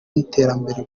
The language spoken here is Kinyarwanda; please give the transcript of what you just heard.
iterambere